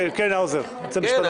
כן, האוזר, אתה רוצה משפט אחרון?